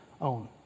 own